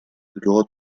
luego